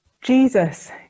Jesus